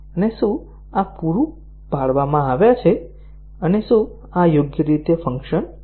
અને શું આ પૂરા પાડવામાં આવ્યા છે અને શું આ યોગ્ય રીતે ફંક્શન કરે છે